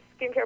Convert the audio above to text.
skincare